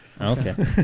okay